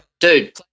Dude